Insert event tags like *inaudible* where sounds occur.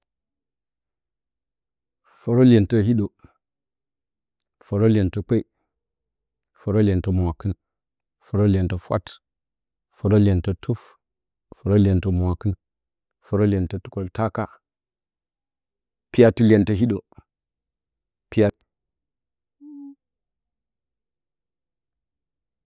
Fərə iyentə hiɗə, fərə iyentə kpe, fərə iyentə mwakɨn, fərə iyentə fwat, fərə iyentə tuf, fərə iyentə mwakɨn, fərə iyentə tukoltaka, piyatɨ iyentə hiɗə, piyat. *noise*